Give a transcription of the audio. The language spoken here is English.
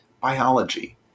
biology